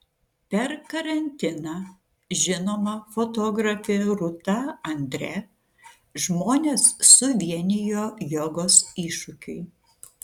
per karantiną žinoma fotografė rūta andre žmones suvienijo jogos iššūkiui